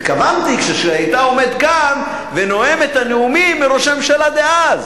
התכוונתי שכשהיית עומד כאן ונואם את הנאומים לראש הממשלה דאז,